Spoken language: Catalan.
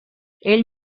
ell